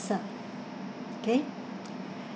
~cer okay